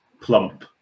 plump